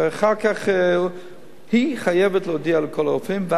ואחר כך היא חייבת להודיע לכל הרופאים.